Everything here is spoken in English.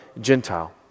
Gentile